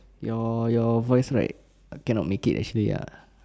your your voice right cannot make it actually ah